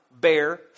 bear